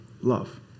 love